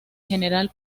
general